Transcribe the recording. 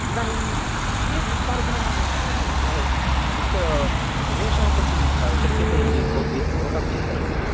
इदानीं कीयद्वित्तार्जनं वित्तनिवेशः कर्तुं शक्यते इति भवद्भिः भवतां चिन्तनमस्ति